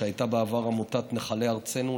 שהייתה בעבר עמותת נחלי ארצנו,